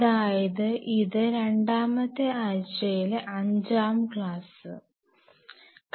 അതായത് ഇത് രണ്ടാമത്തെ ആഴ്ചയിലെ അഞ്ചാം ക്ലാസ് w 2 L 5